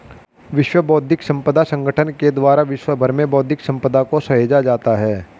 विश्व बौद्धिक संपदा संगठन के द्वारा विश्व भर में बौद्धिक सम्पदा को सहेजा जाता है